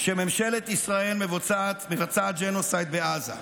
שממשלת ישראל מבצעת ג'נוסייד בעזה,